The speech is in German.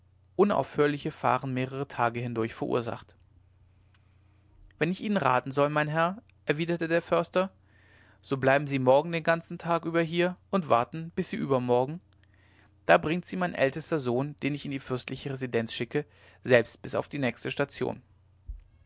unaufhörliche fahren mehrere tage hindurch verursacht wenn ich ihnen raten soll mein herr erwiderte der förster so bleiben sie morgen den ganzen tag über hier und warten sie bis übermorgen da bringt sie mein ältester sohn den ich in die fürstliche residenz schicke selbst bis auf die nächste station